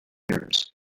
ears